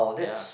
ya